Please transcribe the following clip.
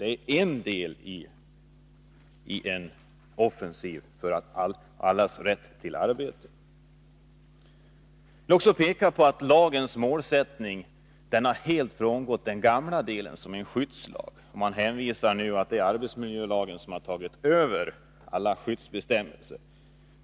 Det är en del i en offensiv för allas rätt till arbete. Jag vill också peka på att lagens målsättning att vara en skyddslag har uttunnats, och man hänvisar nu till att arbetsmiljölagen har tagit över alla skyddsbestämmelser.